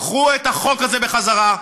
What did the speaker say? קחו את החוק הזה בחזרה,